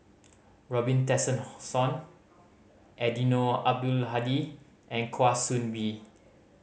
Robin Tessensohn Eddino Abdul Hadi and Kwa Soon Bee